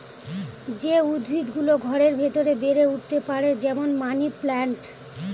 যে উদ্ভিদ গুলো ঘরের ভেতরে বেড়ে উঠতে পারে, যেমন মানি প্লান্ট